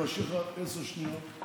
אני משאיר לך עשר שניות,